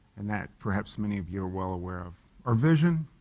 and that perhaps many of you are well aware of. our vision,